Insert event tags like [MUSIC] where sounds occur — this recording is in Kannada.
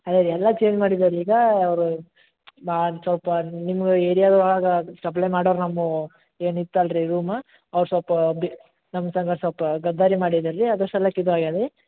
ಹಳೆವು ಎಲ್ಲ ಚೇಂಜ್ ಮಾಡಿದೇವೆ ರೀ ಈಗ ಅವ್ರು [UNINTELLIGIBLE] ಅಂತ ಸ್ವಲ್ಪ ನಿಮ್ಗೆ ಏರ್ಯಾದ ಒಳಗೆ ಸಪ್ಲೈ ಮಾಡೋವ್ರು ನಮ್ಮವು ಏನು ಇತ್ತಲ್ರಿ [UNINTELLIGIBLE] ಅವ್ರು ಸ್ವಲ್ಪ ಬಿ ನಮ್ಮ ಸಂಗ ಸ್ವಲ್ಪ ಗದ್ದಾರಿ ಮಾಡಿದಾರೆ ರೀ ಅದ್ರ ಸಲಾಕ್ ಇದು ಆಗಿದೆ